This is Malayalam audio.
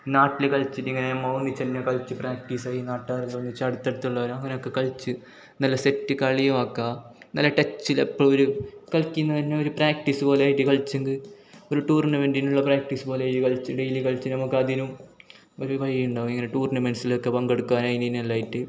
നാട്ടിൽ കളിച്ചിട്ടിങ്ങനെ നമ്മൾ ഒന്നിച്ച് തന്നെ കളിച്ച് പ്രാക്റ്റീസായി നാട്ടുകാരെല്ലാം ഒന്നിച്ച് അടുത്തടുത്തുള്ളവർ അങ്ങനെയൊക്കെ കളിച്ച് നല്ല സെറ്റ് കളിയും ആക്കാം നല്ല ടച്ചിൽ എപ്പഴും ഒരു കളിക്കുന്നത് തന്നെ ഒരു പ്രാക്ടീസ്സ് പോലെ ആയിട്ട് കളിച്ചെങ്കിൽ ഒരു ടൂർണമെൻ്റിനുള്ള പ്രാക്ടീസ് പോലെ കളിച്ച് ഡേയ്ലി കളിച്ച് നമുക്കതിനും ഒരു വഴി ഉണ്ടാവും ഇങ്ങനെ ടൂർണമെൻ്റ്സിലൊക്കെ പങ്കെടുക്കാൻ അതിന് ഇതിന് എല്ലാമായിട്ട്